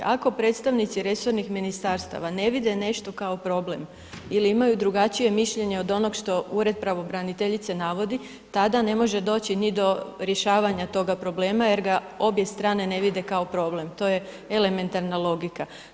Ako predstavnici resornih ministarstava ne vide nešto kao problem ili imaju drugačije mišljenje od onog što ured pravobraniteljice navodi, tada ne može doći ni do rješavanja toga problema jer ga obje strane ne vide kao problem, to je elementarna logika.